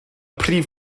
prif